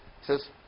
says